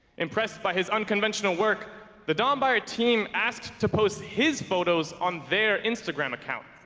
impressed by his unconventional work the don beyer team asked to post his photos on their instagram account